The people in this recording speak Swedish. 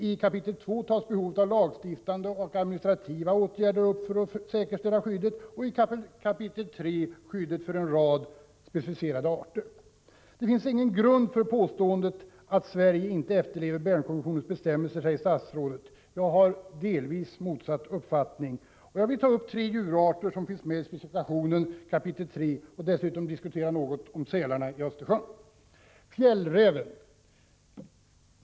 I kap. II pekas på behovet av lagstiftande och administrativa åtgärder för att säkerställa skyddet, och i kap. III tas skyddet för en rad specificerade arter upp. Det finns ingen grund för påståenden att Sverige inte efterlever Bernkonventionens bestämmelser, säger statsrådet. Jag har delvis motsatt uppfattning. Jag vill därför diskutera tre djurarter som finns med i den nämnda specifikationen i kap. III och dessutom nämna något om sälarna i Östersjön. Jag börjar då med fjällräven.